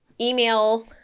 email